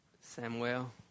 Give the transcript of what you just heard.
Samuel